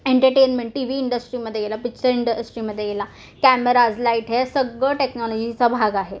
entertainment TV इंडस्ट्रीमध्ये गेला picture इंडस्ट्रीमध्ये गेला कॅमेरा लाईट हे सगळं टेक्नॉलॉजीचा भाग आहे